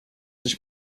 sich